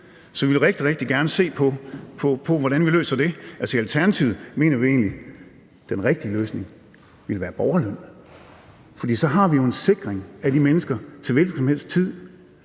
Så vi vil rigtig, rigtig gerne se på, hvordan vi løser det. I Alternativet mener vi egentlig, at den rigtige løsning ville være borgerløn, for så har vi jo en sikring af de mennesker til hvilken som helst tid.